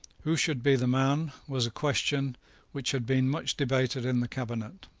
who should be the man, was a question which had been much debated in the cabinet.